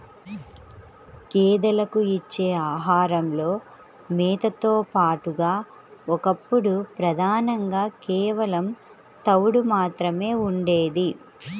గేదెలకు ఇచ్చే ఆహారంలో మేతతో పాటుగా ఒకప్పుడు ప్రధానంగా కేవలం తవుడు మాత్రమే ఉండేది